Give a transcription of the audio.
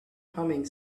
humming